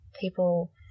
people